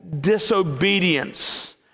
disobedience